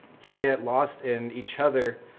to get lost in each other,